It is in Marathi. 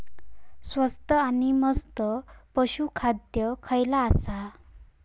स्वस्त आणि मस्त पशू खाद्य खयला आसा?